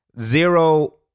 zero